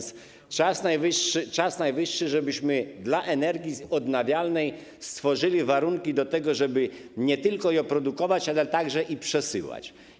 Czas najwyższy, żebyśmy dla energii odnawialnej stworzyli warunki do tego, żeby nie tylko ją produkować, ale także przesyłać.